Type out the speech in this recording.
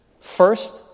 First